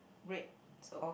red so